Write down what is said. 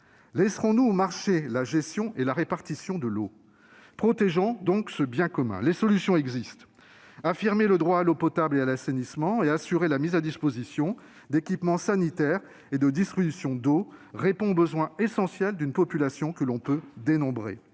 Laisserons-nous au marché la gestion et la répartition de l'eau ? Protégeons donc ce bien commun ! Les solutions existent. Affirmer le droit à l'eau potable et à l'assainissement et assurer la mise à disposition d'équipements sanitaires et de distribution d'eau répond aux besoins essentiels d'une population que l'on peut dénombrer.